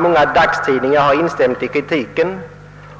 Många dagstidningar har instämt i kritiken,